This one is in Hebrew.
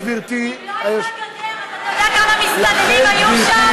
אם לא הייתה גדר, אתה יודע כמה מסתננים היו שם?